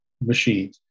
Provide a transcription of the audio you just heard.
machine